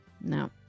no